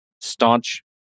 staunch